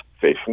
facing